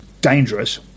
dangerous